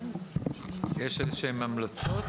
יש המלצות כלשהן?